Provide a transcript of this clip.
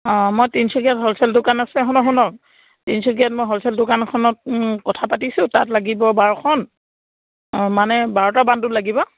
অঁ মই তিনচুকীয়াত হ'লছেল দোকান আছে শুনক শুনক তিনচুকীয়াত মই হ'লছেল দোকানখনত কথা পাতিছোঁ তাত লাগিব বাৰখন অঁ মানে বাৰটা বাণ্ডোল লাগিব